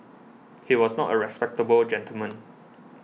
he was not a respectable gentleman